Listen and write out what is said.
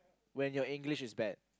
when your English is bad